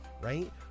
right